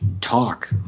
talk